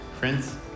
Prince